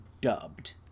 dubbed